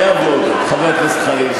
חייב להודות, חבר הכנסת חנין.